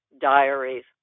diaries